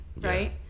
right